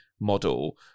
model